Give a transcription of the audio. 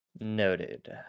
noted